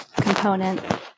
component